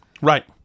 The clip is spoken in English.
right